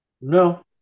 no